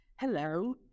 Hello